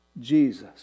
Jesus